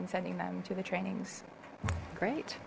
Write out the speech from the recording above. and sending them to the trainings great